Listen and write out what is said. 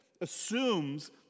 assumes